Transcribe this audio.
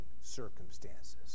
circumstances